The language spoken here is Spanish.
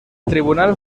tribunal